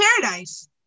paradise